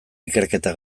ikerketa